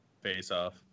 Face-off